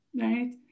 Right